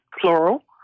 plural